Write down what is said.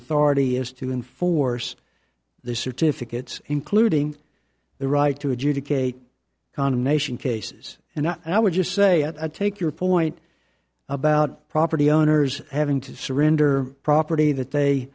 authority has to enforce the certificates including the right to adjudicate condemnation cases and i would just say i take your point about property owners having to surrender property that they